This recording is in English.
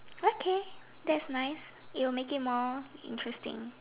okay that's nice it'll make it more interesting